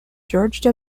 george